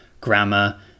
grammar